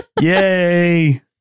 yay